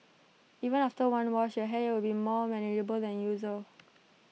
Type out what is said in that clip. even after one wash your hair would be more manageable than usual